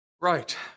Right